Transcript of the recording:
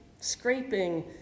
scraping